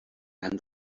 and